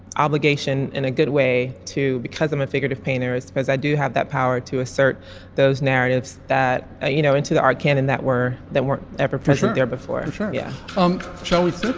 obligation in a good way to because i'm a favorite of painters because i do have that power to assert those narratives that ah you know into the art canon that were that weren't ever present there before. sure yeah um so it's